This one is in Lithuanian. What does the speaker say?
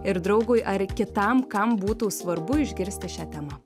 ir draugui ar kitam kam būtų svarbu išgirsti šia tema